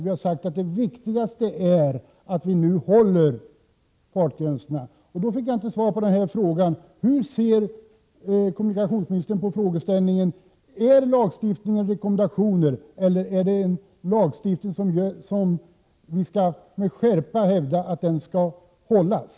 Vi har sagt att det viktigaste är att vi nu håller fartgränserna. I det sammanhanget fick jag inte svar på om kommunikationsministern ser dessa lagregler som rekommendationer eller om vi med skärpa skall hävda att denna lagstiftning skall följas.